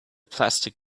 plastic